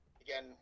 again